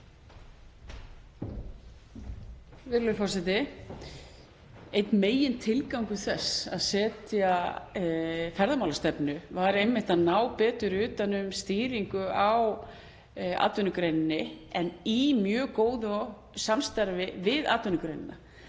Virðulegur forseti. Einn megintilgangur þess að setja ferðamálastefnu var einmitt að ná betur utan um stýringu á atvinnugreininni, en í mjög góðu samstarfi við atvinnugreinina